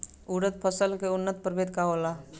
उरद फसल के उन्नत प्रभेद का होला?